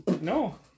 no